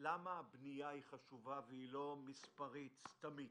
למה הבנייה חשובה והיא לא מספרית סתמית?